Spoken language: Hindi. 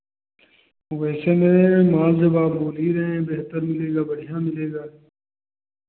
अब ऐसे में माल जब आप बोल ही रहे हैं बेहतर मिलेगा बढ़ियाँ मिलेगा